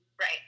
Right